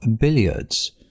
billiards